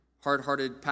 hard-hearted